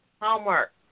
Homework